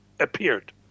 appeared